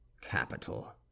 Capital